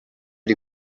dei